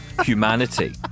humanity